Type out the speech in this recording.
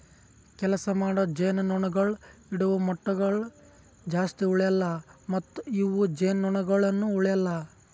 ಕೆಲಸ ಮಾಡೋ ಜೇನುನೊಣಗೊಳ್ ಇಡವು ಮೊಟ್ಟಗೊಳ್ ಜಾಸ್ತಿ ಉಳೆಲ್ಲ ಮತ್ತ ಇವು ಜೇನುನೊಣಗೊಳನು ಉಳೆಲ್ಲ